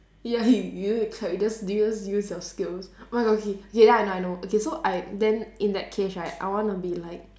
ya he you don't need to clap you just you just use your skills oh my god okay okay then I know I know okay so I then in that case right I wanna be like